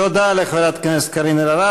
תודה לחברת הכנסת קארין אלהרר.